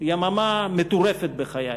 יממה מטורפת בחיי.